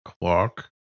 clock